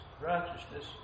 righteousness